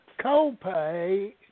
copay